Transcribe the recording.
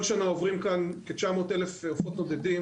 כל שנה עוברים כאן כ-900,000 עופות נודדים,